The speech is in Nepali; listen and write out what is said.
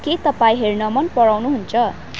के तपाईँ हेर्न मन पराउनु हुन्छ